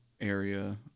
area